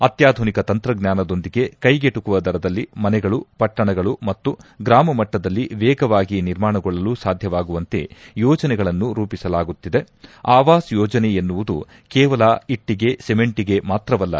ಅತ್ಯಾಧುನಿಕ ತಂತ್ರಜ್ಞಾನದೊಂದಿಗೆ ಕೈಗೆಟುಕುವ ದರದಲ್ಲಿ ಮನೆಗಳು ಪಟ್ಟಣಗಳು ಮತ್ತು ಗ್ರಾಮ ಮಟ್ಟದಲ್ಲಿ ವೇಗವಾಗಿ ನಿರ್ಮಾಣಗೊಳ್ಳಲು ಸಾಧ್ಯವಾಗುವಂತೆ ಯೋಜನೆಗಳನ್ನು ರೂಪಿಸಲಾಗುತ್ತಿದೆ ಆವಾಸ್ ಯೋಜನೆ ಎನ್ನುವುದು ಕೇವಲ ಇಟ್ಟಗೆ ಸಿಮೆಂಟನ ಮಾತಲ್ಲ